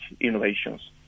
innovations